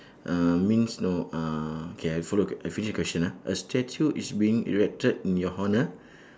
uh means no uh okay I follow K I finish the question ah a statue is being erected in your honour